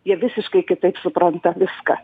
jie visiškai kitaip supranta viską